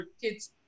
kids